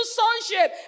sonship